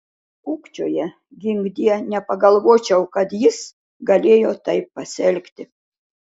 kukčioja ginkdie nepagalvočiau kad jis galėjo taip pasielgti